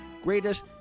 greatest